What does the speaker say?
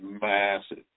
massive